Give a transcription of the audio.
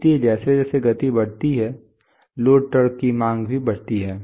इसलिए जैसे जैसे गति बढ़ती है लोड टॉर्क की मांग भी बढ़ती है